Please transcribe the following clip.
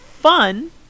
Fun